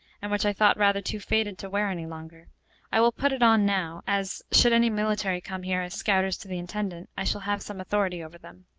and which i thought rather too faded to wear any longer i will put it on now, as should any military come here as scouters to the intendant, i shall have some authority over them.